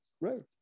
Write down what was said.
Right